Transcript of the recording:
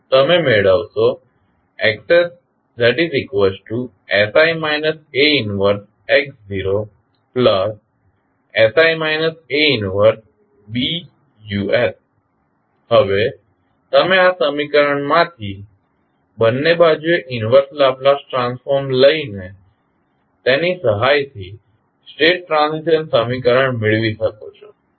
તમે મેળવશો XssI A 1x0 1BUs હવે તમે આ સમીકરણમાંથી બંને બાજુએ ઇન્વર્સ લાપ્લાસ ટ્રાન્સફોર્મ લેઇને તેની સહાયથી સ્ટેટ ટ્રાન્ઝિશન સમીકરણ મેળવી શકો છો